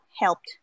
helped